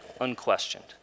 unquestioned